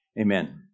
Amen